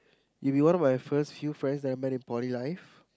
you would be one of my first few friends that I met in poly life